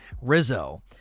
Rizzo